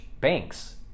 banks